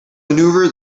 maneuver